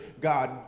God